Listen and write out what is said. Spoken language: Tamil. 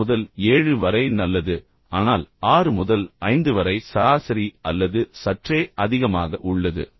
ஆறு முதல் ஏழு வரை நல்லது ஆனால் ஆறு முதல் ஐந்து வரை சராசரி அல்லது சற்றே அதிகமாக உள்ளது